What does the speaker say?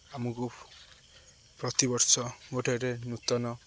ଆମକୁ ପ୍ରତିବର୍ଷ ଗୋଟେ ଗୋଟେ ନୂତନ